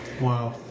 Wow